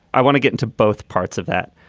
i want to get into both parts of that,